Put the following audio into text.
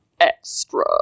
Extra